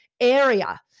area